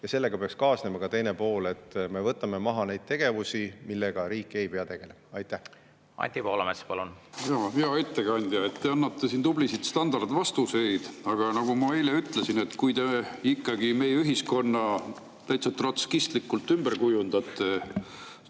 Sellega peaks kaasnema ka teine pool: me võtame maha neid tegevusi, millega riik ei pea tegelema. Anti Poolamets, palun! Anti Poolamets, palun! Hea ettekandja! Te annate siin tublisid standardvastuseid. Aga nagu ma eile ütlesin, kui te ikkagi meie ühiskonna täitsa trotskistlikult ümber kujundate,